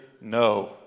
no